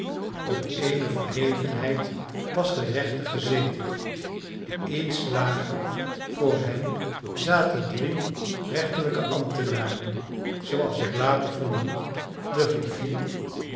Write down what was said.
op eene verhevenheid was de rechter gezeten iets lager vr hem zaten drie rechterlijke ambtenaren zooals ik later vernam de griffier